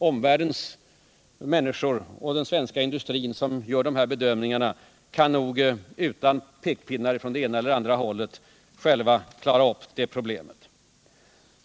Omvärldens människor och den svenska industrin gör sina egna bedömningar och kan nog utan pekpinnar från det ena eller andra hållet själva klara upp problemen.